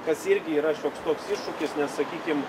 kas irgi yra šioks toks iššūkis nes sakykim